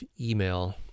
email